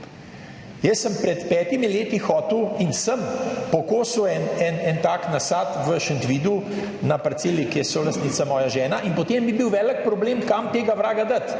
Jaz sem pred petimi leti hotel in sem pokosil en tak nasad v Šentvidu na parceli, ki je solastnica moja žena in potem bi bil velik problem, kam tega vraga dati,